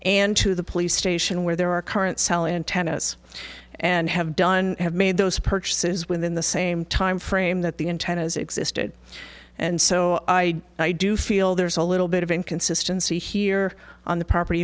and to the police station where there are current cell antennas and have done have made those purchases within the same timeframe that the intent has existed and so i i do feel there's a little bit of inconsistency here on the property